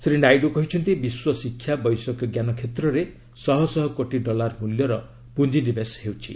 ଶ୍ରୀ ନାଇଡୁ କହିଛନ୍ତି ବିଶ୍ୱ ଶିକ୍ଷା ବୈଷୟିକଜ୍ଞାନ କ୍ଷେତ୍ରରେ ଶହ ଶହ କୋଟି ଡଲାର ମୂଲ୍ୟର ପୁଞ୍ଜିନିବେଶ ହେଉଛି